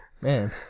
Man